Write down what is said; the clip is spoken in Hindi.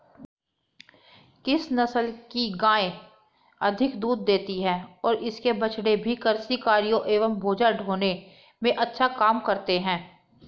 किस नस्ल की गायें अधिक दूध देती हैं और इनके बछड़े भी कृषि कार्यों एवं बोझा ढोने में अच्छा काम करते हैं?